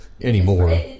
Anymore